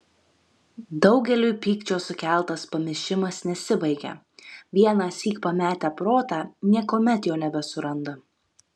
daugeliui pykčio sukeltas pamišimas nesibaigia vienąsyk pametę protą niekuomet jo nebesuranda